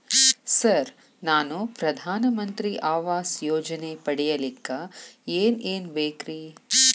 Sir ನಾನು ಪ್ರಧಾನ ಮಂತ್ರಿ ಆವಾಸ್ ಯೋಜನೆ ಪಡಿಯಲ್ಲಿಕ್ಕ್ ಏನ್ ಏನ್ ಬೇಕ್ರಿ?